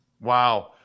Wow